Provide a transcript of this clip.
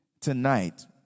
tonight